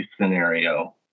scenario